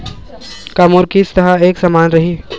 का मोर किस्त ह एक समान रही?